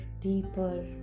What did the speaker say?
deeper